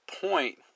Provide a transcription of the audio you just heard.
point